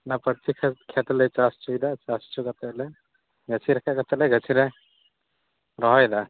ᱚᱱᱟ ᱯᱟᱹᱲᱪᱤ ᱠᱷᱮᱛ ᱠᱷᱮᱛ ᱞᱮ ᱪᱟᱥ ᱚᱪᱚᱭᱮᱫᱟ ᱪᱟᱥ ᱦᱚᱪᱚ ᱠᱟᱛᱮᱫ ᱞᱮ ᱜᱟᱹᱪᱷᱤ ᱨᱟᱠᱟᱯ ᱠᱟᱛᱮᱫ ᱞᱮ ᱜᱟᱹᱪᱷᱤ ᱞᱮ ᱨᱚᱦᱚᱭᱮᱫᱟ